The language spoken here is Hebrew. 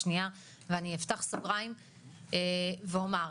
ואני אפתח סוגריים ואומר,